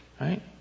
right